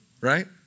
Right